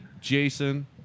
Jason